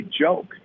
joke